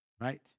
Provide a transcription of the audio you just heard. Right